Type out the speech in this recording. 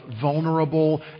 vulnerable